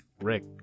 Rick